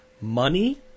Money